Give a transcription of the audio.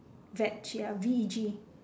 veg ya V E G